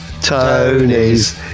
Tony's